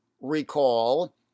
recall